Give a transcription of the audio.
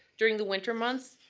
during the winter months,